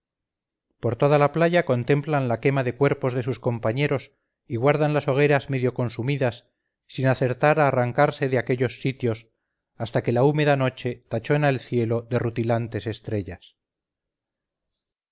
por toda la playa contemplan la quema de cuerpos de sus compañeros y guardan las hogueras medio consumidas sin acertar a arrancarse de aquellos sitios hasta que la húmeda noche tachona el cielo de rutilantes estrellas